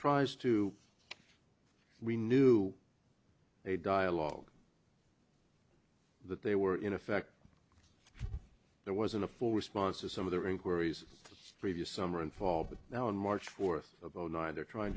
tries to we knew a dialogue that they were in effect there wasn't a full response to some of their inquiries the previous summer and fall but now on march fourth of zero nine they're trying